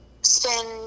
spend